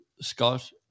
Scott